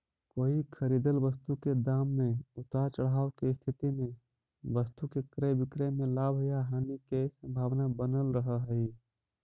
कोई खरीदल वस्तु के दाम में उतार चढ़ाव के स्थिति में वस्तु के क्रय विक्रय में लाभ या हानि के संभावना बनल रहऽ हई